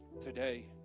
today